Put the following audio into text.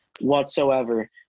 whatsoever